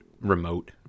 remote